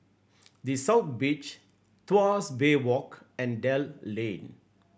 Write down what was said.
The South Beach Tuas Bay Walk and Dell Lane